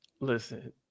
Listen